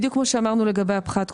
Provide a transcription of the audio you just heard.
בדיוק כמו שאמרנו לגבי הפחת קודם,